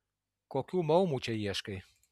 kokių maumų čia ieškai